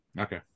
Okay